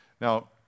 Now